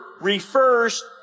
refers